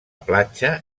platja